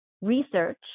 research